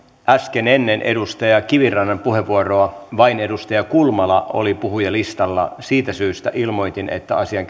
äsken ennen edustaja kivirannan puheenvuoroa vain edustaja kulmala oli puhujalistalla siitä syystä ilmoitin että asian